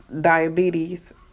diabetes